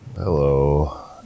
Hello